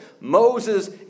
Moses